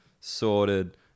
sorted